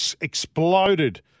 exploded